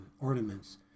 ornaments